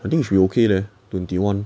I think should be okay leh twenty one